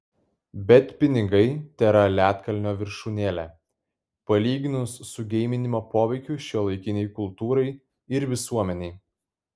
bet pinigai tėra ledkalnio viršūnėlė palyginus su geiminimo poveikiu šiuolaikinei kultūrai ir visuomenei